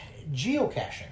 geocaching